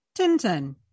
Tintin